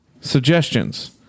suggestions